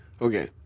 okay